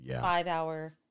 five-hour